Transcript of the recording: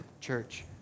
Church